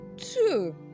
Two